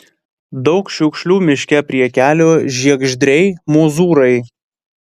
daug šiukšlių miške prie kelio žiegždriai mozūrai